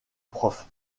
prof